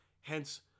Hence